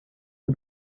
who